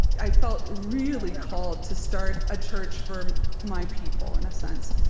i felt really called to start a church for my people, in a sense,